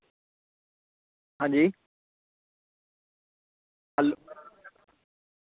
आं जी हैलो